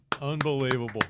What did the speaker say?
Unbelievable